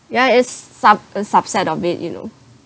ya is sub~ uh subset of it you know